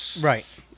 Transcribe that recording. Right